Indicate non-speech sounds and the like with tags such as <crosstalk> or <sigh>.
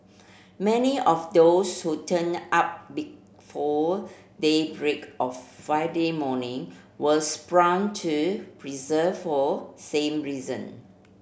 many of those who turned up before daybreak on Friday morning were <unintelligible> to persevere for same reason